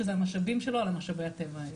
שזה המשאבים שלו על משאבי הטבע האלה.